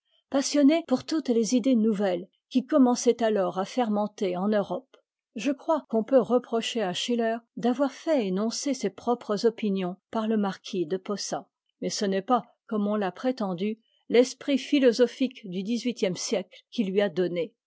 passionné pour toutes les idées nouvelles qui commençaient alors à fermenter en europe je crois qu'on peut reprocher à schiller d'avoir fait énoncer ses propres opinions par le marquis de posa mais ce n'est pas comme on l'a prétendu l'esprit philosophique du dix-huitième siècle qu'il tùi a donné